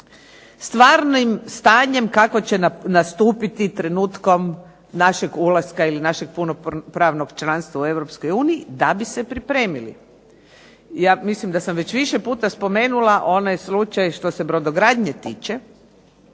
stvarnim stanjem kakvo će nastupiti trenutkom našeg ulaska ili našeg punopravnog članstva u Europskoj uniji da bi se pripremili. Mislim da sam već više puta spomenula onaj slučaj što se brodogradnje tiče.